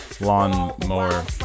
Lawnmower